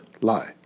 lie